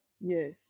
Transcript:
Yes